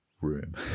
room